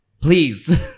Please